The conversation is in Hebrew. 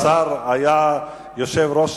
השר היה סגן יושב-ראש